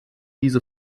diese